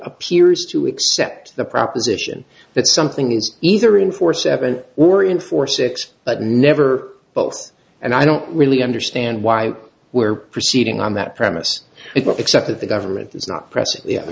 appears to accept the proposition that something is either in for seven or in four six but never both and i don't really understand why we're proceeding on that premise except that the government is not